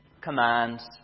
commands